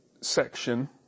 section